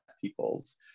peoples